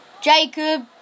Jacob